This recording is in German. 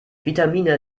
vitamine